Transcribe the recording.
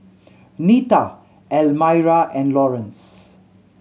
Nita Almyra and Laurence